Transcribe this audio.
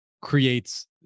creates